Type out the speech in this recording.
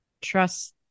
trust